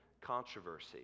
controversy